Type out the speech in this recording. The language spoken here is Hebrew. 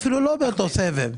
ואפילו לא באותו סבב.